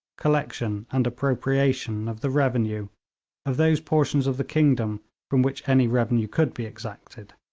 collection and appropriation of the revenue of those portions of the kingdom from which any revenue could be exacted.